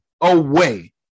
away